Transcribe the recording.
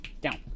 down